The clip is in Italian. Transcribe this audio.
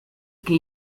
che